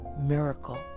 miracle